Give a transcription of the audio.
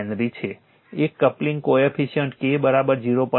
2 Henry છે એક coupling coefficient K 0